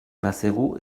maseru